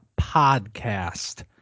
podcast